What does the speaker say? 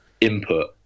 input